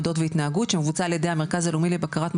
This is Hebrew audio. עמדות והתנהגות שמבוצע על ידי המרכז הלאומי לבקרת מחלות,